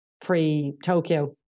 pre-Tokyo